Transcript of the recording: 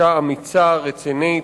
אשה אמיצה, רצינית,